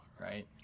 right